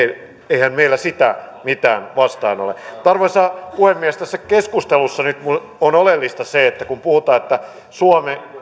eihän meillä mitään sitä vastaan ole arvoisa puhemies tässä keskustelussa nyt on oleellista se että kun puhutaan että